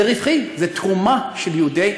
זה רווחי, זה תרומה של יהודי.